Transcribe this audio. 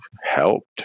helped